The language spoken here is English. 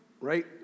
right